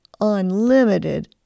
unlimited